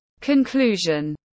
Conclusion